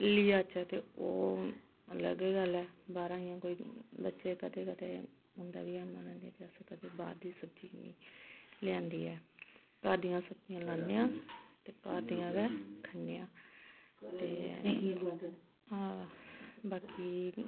लेई आचै ते ओह् अलग गल्ल ऐ बाह्रा इ'यां कोई बच्चे कदें कदें हुंदा कि मन अस बाह्र दी सब्जी लेआंदी ऐ घर दियां सब्जियां लानें आं ते घर दियां गै खन्ने आं ते बीकी